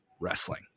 wrestling